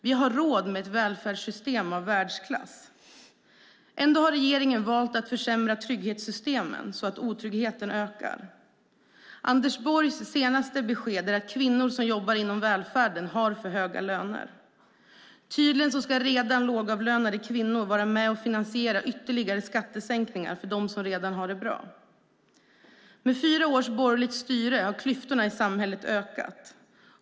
Vi har råd med ett välfärdssystem av världsklass. Ändå har regeringen valt att försämra trygghetssystemen så att otryggheten ökar. Anders Borgs senaste besked är att kvinnor som jobbar inom välfärden har för höga löner. Tydligen ska redan lågavlönade kvinnor vara med och finansiera ytterligare skattesänkningar för dem som redan har det bra. Med fyra års borgerligt styre har klyftorna i samhället ökat.